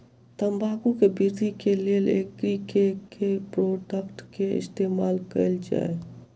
तम्बाकू केँ वृद्धि केँ लेल एग्री केँ के प्रोडक्ट केँ इस्तेमाल कैल जाय?